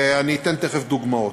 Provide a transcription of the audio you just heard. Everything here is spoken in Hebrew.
אני אתן תכף דוגמאות.